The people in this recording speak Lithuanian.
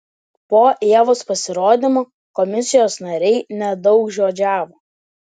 po ievos pasirodymo komisijos nariai nedaugžodžiavo